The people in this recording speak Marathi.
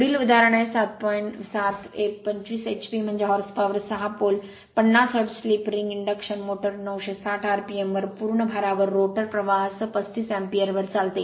पुढील उदाहरण आहे 7 25 एच पी म्हणजे horse power 6 pole 50 hertz slip ring induction motor 960 rpm वर पूर्ण भारावर रोटर प्रवाहासह 35 अँपिअरवर चालते